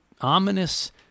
ominous